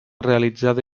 realitzada